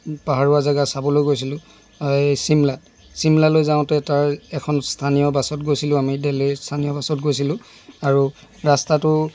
পাহাৰুৱা জেগা চাবলৈ গৈছিলোঁ এই চিমলাত চিমলালৈ যাওঁতে তাৰ এখন স্থানীয় বাছত গৈছিলোঁ আমি দেলহিৰ স্থানীয় বাছত গৈছিলোঁ আৰু ৰাস্তাটো